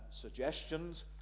suggestions